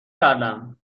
کردم